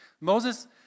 Moses